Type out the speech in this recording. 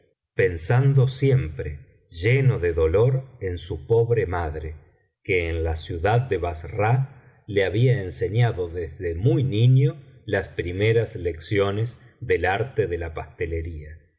pensando siempre lleno de dolor en su pobre madre que en la ciudad de bassra le había enseñado desde muy niño las primeras lecciones del arte de la pastelería